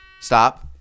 stop